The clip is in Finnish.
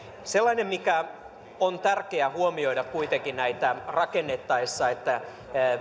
sellainen on tärkeää huomioida kuitenkin näitä rakennettaessa että